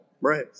Right